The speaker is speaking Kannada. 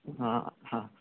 ಹಾಂ ಹಾಂ